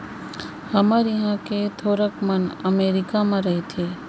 हमर इहॉं के थोरक मन अमरीका म रइथें